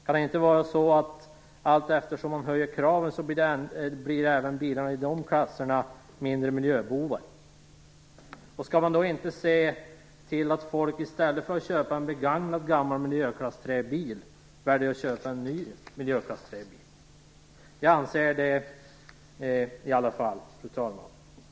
Kan det inte vara så att allteftersom man höjer kraven blir även de bilarna mindre miljöbovar? Skall man inte se till att folk i stället för att köpa en begagnad gammal miljöklass 3-bil väljer att köpa en ny miljöklass 3-bil? Det anser i alla fall jag, fru talman.